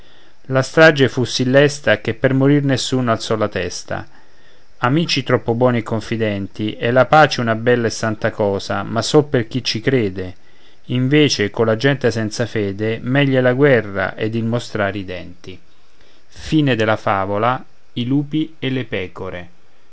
la strage fu sì lesta che per morir nessuno alzò la testa amici troppo buoni e confidenti è la pace una bella e santa cosa ma sol per chi ci crede invece colla gente senza fede meglio è la guerra ed il mostrare i denti e a io